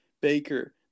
Baker